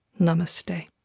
Namaste